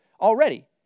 already